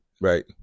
Right